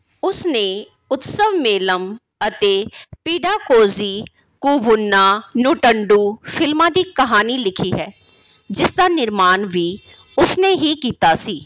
ਉਸ ਨੇ ਉਤਸਵਮੇਲਮ ਅਤੇ ਪੀਡਾਕੋਜ਼ੀ ਕੂਵੁੰਨਾ ਨੂਟੰਡੂ ਫ਼ਿਲਮਾਂ ਦੀ ਕਹਾਣੀ ਲਿਖੀ ਹੈ ਜਿਸ ਦਾ ਨਿਰਮਾਣ ਵੀ ਉਸ ਨੇ ਹੀ ਕੀਤਾ ਸੀ